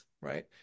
right